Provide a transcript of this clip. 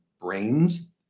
brains